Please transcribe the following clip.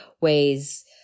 ways